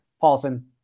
Paulson